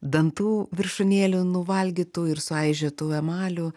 dantų viršūnėlių nuvalgytų ir suaižėtų emalių